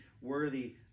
worthy